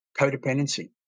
codependency